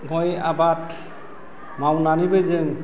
गय आबाद मावनानैबो जों